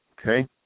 Okay